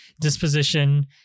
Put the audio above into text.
disposition